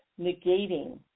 negating